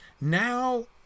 Now